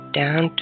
down